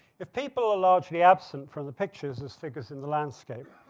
if people are largely absent from the pictures as figures in the landscape,